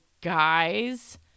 guys